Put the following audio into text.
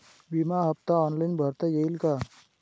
विमा हफ्ता ऑनलाईन भरता येईल का?